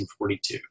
1942